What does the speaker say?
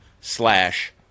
slash